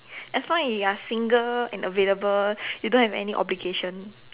as long as you're single and available you don't have any obligation